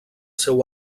seu